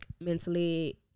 mentally